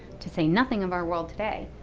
to say nothing of our world today,